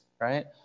right